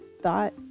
thought